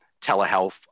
telehealth